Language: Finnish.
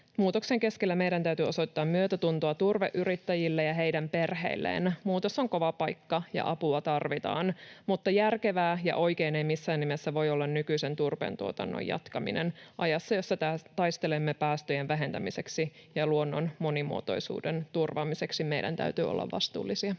Muutoksen keskellä meidän täytyy osoittaa myötätuntoa turveyrittäjille ja heidän perheilleen. Muutos on kova paikka, ja apua tarvitaan, mutta järkevää ja oikein ei missään nimessä voi olla nykyisen turpeentuotannon jatkaminen ajassa, jossa taistelemme päästöjen vähentämiseksi ja luonnon monimuotoisuuden turvaamiseksi. Meidän täytyy olla vastuullisia.